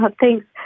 thanks